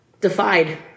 defied